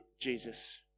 Jesus